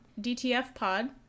dtfpod